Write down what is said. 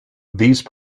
these